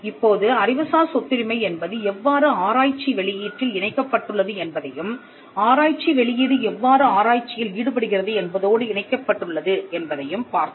இப்போது அறிவுசார் சொத்துரிமை என்பது எவ்வாறு ஆராய்ச்சி வெளியீட்டில் இணைக்கப் பட்டுள்ளது என்பதையும் ஆராய்ச்சி வெளியீடு எவ்வாறு ஆராய்ச்சியில் ஈடுபடுகிறது என்பதோடு இணைக்கப் பட்டுள்ளது என்பதையும் பார்த்தோம்